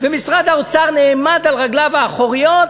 משרד האוצר נעמד על רגליו האחוריות: